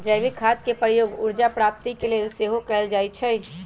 जैविक खाद के प्रयोग ऊर्जा प्राप्ति के लेल सेहो कएल जाइ छइ